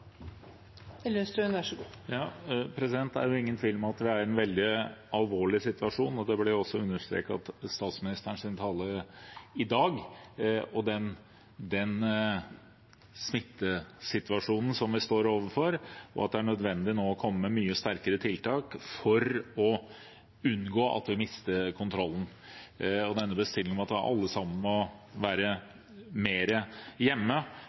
en veldig alvorlig situasjon, og det ble understreket i statsministerens tale i dag. Den smittesituasjonen som vi står overfor, gjør at det er nødvendig å komme med mye sterkere tiltak for å unngå at vi mister kontrollen. Det er en bestilling at vi alle sammen må være mer hjemme,